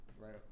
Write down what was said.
right